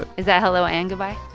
is that hello and goodbye?